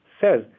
says